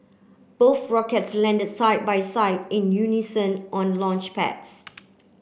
both rockets landed side by side in unison on launchpads